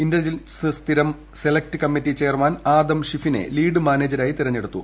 intelligence സ്ഥിരം select committee chairman Adam ഷിഫിനെ lead മാനേജരായി തെരഞ്ഞെടുത്തു